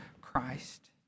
christ